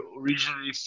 originally